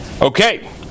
Okay